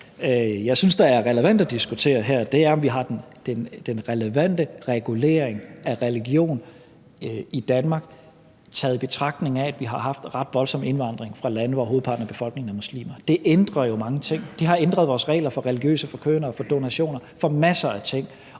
jeg synes er relevant at diskutere her, er, om vi har den relevante regulering af religion i Danmark, i betragtning af at vi har haft ret voldsom indvandring fra lande, hvor hovedparten af befolkningen er muslimer. Det ændrer jo mange ting. Det har ændret vores regler for religiøse forkyndere, for donationer, for masser af ting,